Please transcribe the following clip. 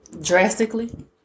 Drastically